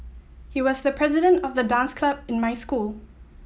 he was the president of the dance club in my school